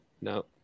no